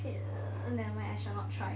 wait never mind I shall not try